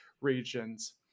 regions